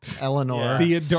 Eleanor